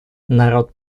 народ